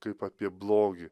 kaip apie blogį